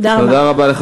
תודה רבה.